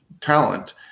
talent